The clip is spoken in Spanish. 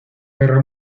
guerra